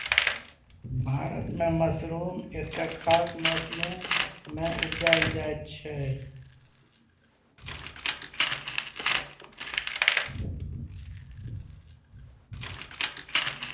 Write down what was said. भारत मे मसरुम एकटा खास मौसमे मे उपजाएल जाइ छै